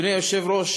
אדוני היושב-ראש